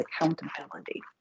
accountability